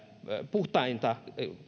puhtainta